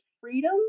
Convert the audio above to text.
freedom